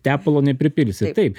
tepalo nepripilsi taip